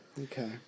Okay